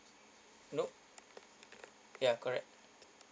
nope ya correct